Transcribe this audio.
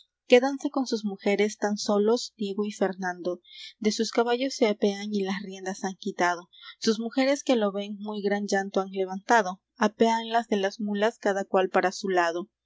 quédanse con sus mujeres tan solos diego y fernando de sus caballos se apean y las riendas han quitado sus mujeres que lo ven muy gran llanto han levantado apéanlas de las mulas cada cual para su lado